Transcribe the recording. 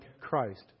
Christ